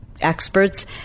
experts